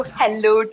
hello